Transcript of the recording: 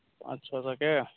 पाँच छओ सएके